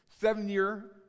Seven-year